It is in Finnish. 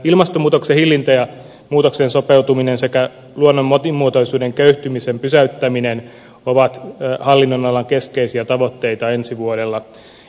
ilmastonmuutoksen hillintä ja muutokseen sopeutuminen sekä luonnon monimuotoisuuden köyhtymisen pysäyttäminen ovat hallinnonalan keskeisiä tavoitteita ensi vuodella